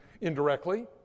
indirectly